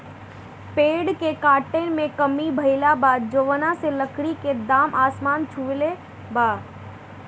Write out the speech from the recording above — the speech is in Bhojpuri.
पेड़ के काटे में कमी भइल बा, जवना से लकड़ी के दाम आसमान छुले बा